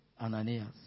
Ananias